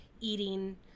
eating